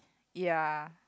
ya